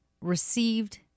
received